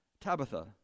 Tabitha